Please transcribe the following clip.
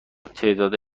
تعداد